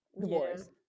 divorce